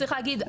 צריך להגיד,